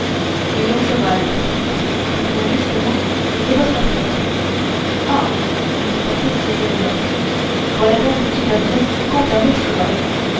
oui un cheval eh bien justement j'ai votre affaire ah dit porthos rayonnant voilà donc qui va bien quant à mon cheval